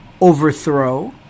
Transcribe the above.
overthrow